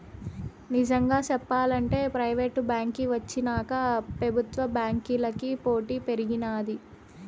నిజంగా సెప్పాలంటే ప్రైవేటు బాంకీ వచ్చినాక పెబుత్వ బాంకీలకి పోటీ పెరిగినాది